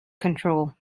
control